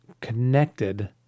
connected